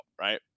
right